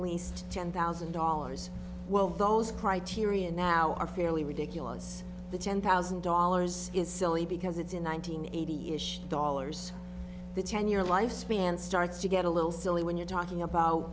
least ten thousand dollars well those criteria now are fairly ridiculous the ten thousand dollars is silly because it's in one nine hundred eighty ish dollars the ten year life span starts to get a little silly when you're talking about